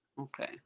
Okay